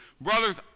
Brothers